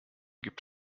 gibt